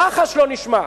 רחש לא נשמע.